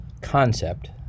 concept